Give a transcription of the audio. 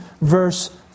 verse